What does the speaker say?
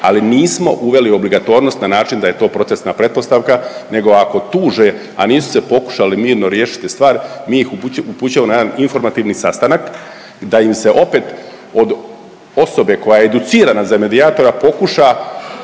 ali nismo uveli obligatornost na način da je to procesna pretpostavka nego ako tuže, a nisu se pokušali mirno riješiti stvar, mi ih upućujemo na jedan informativni sastanak da im se opet od osoba koja je educirana za medijatora pokuša